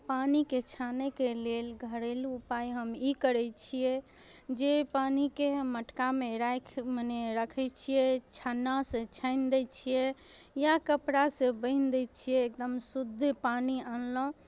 पानिके छानयके लेल घरेलू उपाय हम ई करै छियै जे पानिके हम मटकामे राखि मने रखै छियै छन्नासँ छानि दै छियै या कपड़ासँ बान्हि दै छियै एकदम शुद्ध पानि अनलहुँ